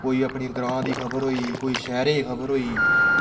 कोई अपने ग्रां दी खबर होई कोई अपने शैह्र दी खबर होई